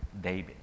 David